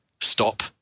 stop